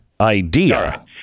idea